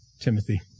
Timothy